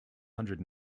hundred